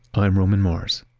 i'm roman mars